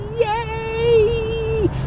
Yay